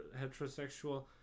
heterosexual